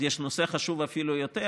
יש נושא חשוב אפילו יותר,